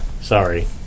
Sorry